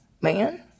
man